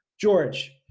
George